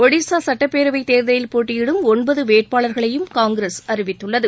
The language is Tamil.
ஒடிஷா சட்டப்பேரவைத் தேர்தலில் போட்டியிடும் ஒன்பது வேட்பாளர்களையும் காங்கிரஸ் அறிவித்துள்ளது